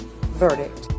verdict